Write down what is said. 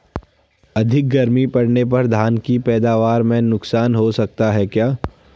अधिक गर्मी पड़ने पर धान की पैदावार में नुकसान हो सकता है क्या?